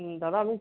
হুম দাদা আমি